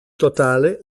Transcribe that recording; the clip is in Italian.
totale